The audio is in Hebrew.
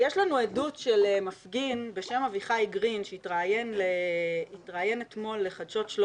יש לנו עדות של מפגין בשם אביחי גרין שהתראיין אתמול לחדשות 13